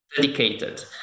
dedicated